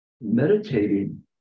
meditating